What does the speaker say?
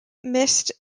missed